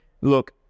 look